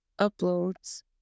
Uploads